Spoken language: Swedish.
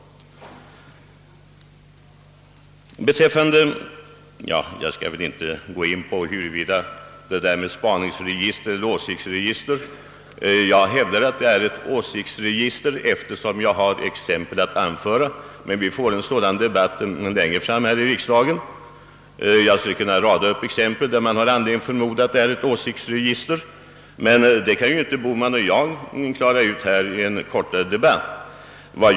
Jag skall inte gå in på frågan om spaningsregister eller åsiktsregister. Jag hävdar att det är ett åsiktsregister, eftersom jag har exempel som visar detta. Vi får emellertid en debatt härom längre fram under riksdagen. Jag skulle kunna anföra en rad exempel som ger anledning till antagandet att det är ett åsiktsregister. Men det kan inte herr Bohman och jag klara ut nu i en kortare debatt.